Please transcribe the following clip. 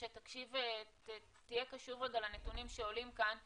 שתהיה קשוב רגע לנתונים שעולים כאן,